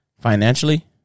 financially